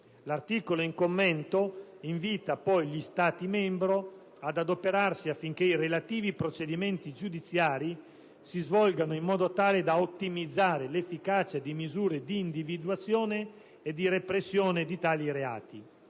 L'articolo in commento invita poi gli Stati membri ad adoperarsi affinché i relativi procedimenti giudiziari si svolgano in modo tale da «ottimizzare l'efficacia di misure di individuazione e di repressione di tali reati».